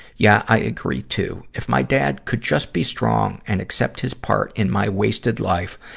yeah, i agree, too. if my dad could just be strong and accept his part in my wasted life,